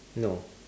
no